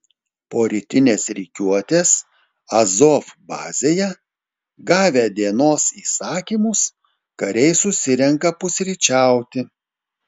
po rytinės rikiuotės azov bazėje gavę dienos įsakymus kariai susirenka pusryčiauti